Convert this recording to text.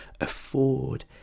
afford